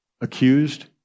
accused